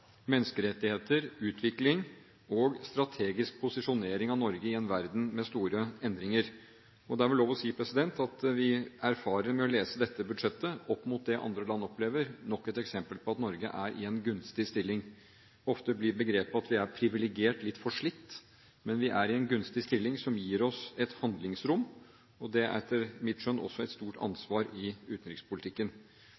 menneskerettigheter, utvikling og strategisk posisjonering av Norge i en verden med store endringer. Det er vel lov å si at vi erfarer ved å lese dette budsjettet opp mot det andre land opplever, nok et eksempel på at Norge er i en gunstig stilling. Ofte blir begrepet at vi er «privilegert», litt forslitt, men vi er i en gunstig stilling, som gir oss et handlingsrom. Det er etter mitt skjønn også et stort